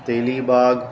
Telibagh